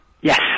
Yes